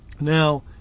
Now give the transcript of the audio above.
Now